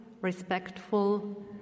respectful